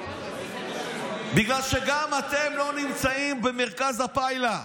בגלל שגם אתם לא נמצאים במרכז הפיילה.